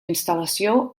instal·lació